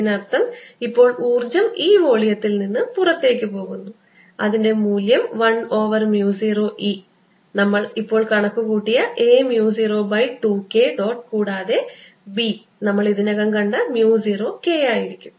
ഇതിനർത്ഥം ഇപ്പോൾ ഊർജ്ജം ഈ വോളിയത്തിൽ നിന്ന് പുറത്തേക്ക് പോകുന്നു അതിന്റെ മൂല്യം 1 ഓവർ mu 0 E നമ്മൾ ഇപ്പോൾ കണക്കുകൂട്ടിയ a mu 0 by 2 K dot കൂടാതെ B നമ്മൾ ഇതിനകം കണ്ട mu 0 K ആയിരിക്കും